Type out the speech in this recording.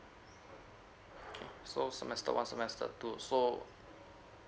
so semester one semester two so